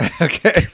Okay